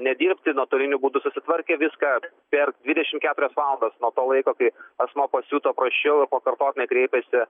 nedirbti nuotoliniu būdu susitvarkė viską per dvidešimt keturias valandas nuo to laiko kai asmuo pasijuto prasčiau ir pakartotinai kreipėsi